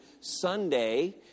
Sunday